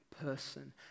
person